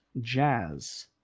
jazz